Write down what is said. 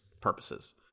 purposes